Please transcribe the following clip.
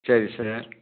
சரி சார்